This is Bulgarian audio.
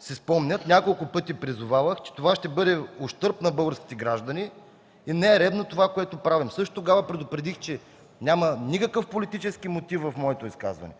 си спомнят, няколко пъти призовавах, че това ще бъде в ущърб на българските граждани и не е редно това, което правим. Също тогава предупредих, че в моето изказване